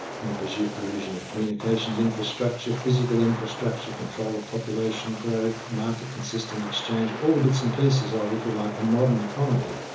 and the provision provision of communications infrastructure, physical infrastructure, control of population growth, market consistent exchange, all the bits and piece ah of, if you like, a modern economy.